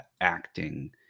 acting